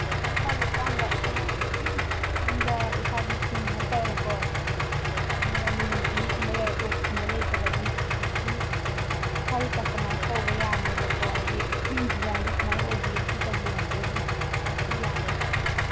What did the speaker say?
ꯑꯗꯨꯝ ꯏꯁꯥꯒꯤ ꯑꯄꯥꯝꯕ ꯑꯗꯨꯅ ꯌꯨꯝꯗ ꯏꯁꯥꯒꯤ ꯐꯤ ꯍꯥꯏ ꯇꯥꯔꯦꯀꯣ ꯑꯗꯨꯝ ꯔꯥꯅꯤꯒꯨꯝꯕ ꯐꯅꯦꯛꯀꯨꯝꯕ ꯂꯩꯔ ꯇꯣꯞꯁꯀꯨꯝꯕ ꯂꯩꯇꯕ ꯑꯗꯨꯝ ꯑꯗꯨꯝ ꯏꯁꯥꯒꯤ ꯀꯁꯇꯃꯥꯏꯁ ꯇꯧꯕ ꯌꯥꯅꯦꯕꯀꯣ ꯍꯥꯏꯗꯤ ꯗꯤꯖꯥꯎꯟꯗꯣ ꯁꯨꯃꯥꯏ ꯑꯣꯏꯕꯤꯌꯣ ꯁꯤ ꯇꯧꯕꯤꯌꯣ ꯍꯥꯏꯕꯗꯨ ꯑꯗꯨꯝ ꯑꯗꯨ ꯌꯥꯅꯤ